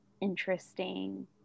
interesting